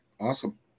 Awesome